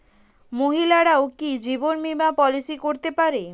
মহিলারাও কি জীবন বীমা পলিসি করতে পারে?